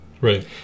Right